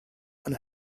and